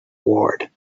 ward